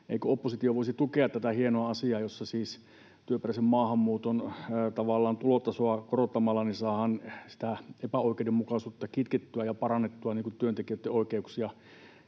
oppositio voisi tukea tätä hienoa asiaa, jossa siis työperäisen maahanmuuton tavallaan tulotasoa korottamalla saadaan epäoikeudenmukaisuutta kitkettyä ja parannettua työntekijöitten oikeuksia.